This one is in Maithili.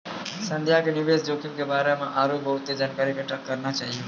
संध्या के निवेश जोखिम के बारे मे आरु बहुते जानकारी इकट्ठा करना चाहियो